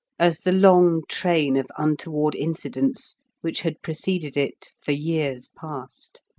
as the long train of untoward incidents which had preceded it for years past.